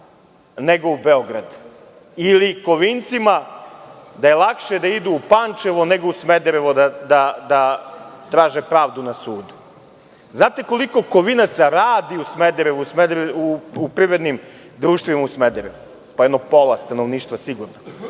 nego u Beograd ili da je Kovincima lakše da idu u Pančevo nego u Smederevo da traže pravdu na sudu. Znate li koliko Kovinaca radi u Smederevu, u privrednim društvima u Smederevu? Jedno pola stanovništva sigurno.